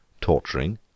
torturing